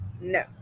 no